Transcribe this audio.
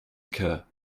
occur